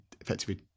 effectively